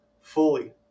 fully